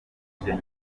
ibyo